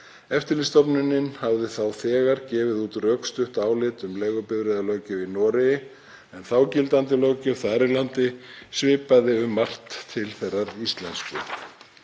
Eftirlitsstofnunin hafði þá þegar gefið út rökstutt álit um leigubifreiðalöggjöf í Noregi, en þágildandi löggjöf þar í landi svipaði um margt til þeirrar íslensku.